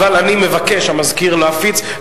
אבל אני מבקש מהמזכיר להפיץ,